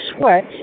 sweat